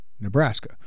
Nebraska